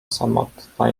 samotna